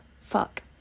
fuck